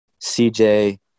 CJ